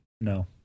no